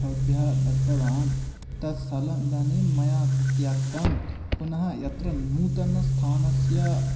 भवद्भ्यः दत्तवान् तस्य स्थलम् इदानीं मया त्यक्तं पुनः यत्र नूतनं स्थानस्य